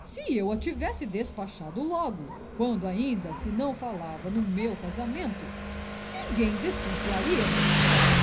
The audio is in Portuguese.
se eu a tivesse despachado logo quando ainda se não falava no meu casamento ninguém desconfiaria da história